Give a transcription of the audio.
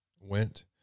went